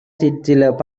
சிற்சில